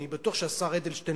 אני בטוח שהשר אדלשטיין,